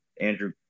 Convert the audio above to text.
Andrew